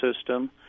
system